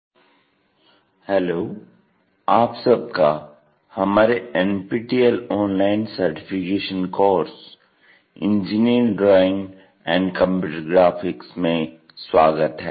orthographic projections II भाग 10 projection of planes hello आप सबका हमारे NPTEL online certification course engineering drawing and computer graphics में स्वागत है